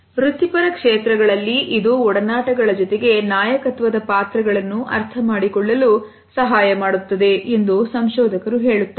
ವೃತ್ತಿಪರ ಕ್ಷೇತ್ರಗಳಲ್ಲಿ ಇದು ಒಡನಾಟಗಳ ಜೊತೆಗೆ ನಾಯಕತ್ವದ ಪಾತ್ರಗಳನ್ನು ಅರ್ಥಮಾಡಿಕೊಳ್ಳಲು ಸಹಾಯ ಮಾಡುತ್ತದೆ ಎಂದು ಸಂಶೋಧಕರು ಹೇಳುತ್ತಾರೆ